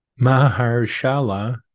Maharshala